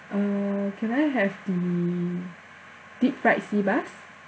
uh can I have the deep fried sea bass